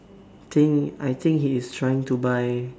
I think I think he's trying to buy